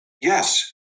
yes